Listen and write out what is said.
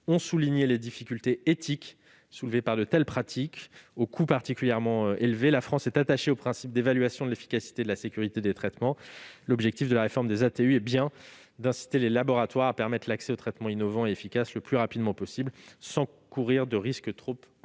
ont souligné les difficultés éthiques que soulèvent de telles pratiques, aux coûts particulièrement élevés. La France est attachée au principe d'évaluation de l'efficacité et de la sécurité des traitements. L'objectif de la réforme des ATU est bien d'inciter les laboratoires à permettre l'accès aux traitements innovants efficaces le plus rapidement possible, sans faire courir de risques trop élevés